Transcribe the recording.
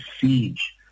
siege